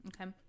Okay